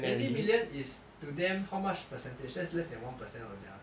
twenty million is to them how much percentage that's less than one percent of their